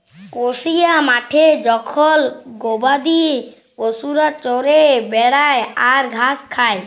কসিয়া মাঠে জখল গবাদি পশুরা চরে বেড়ায় আর ঘাস খায়